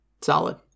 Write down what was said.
Solid